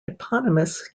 eponymous